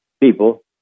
people